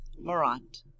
Morant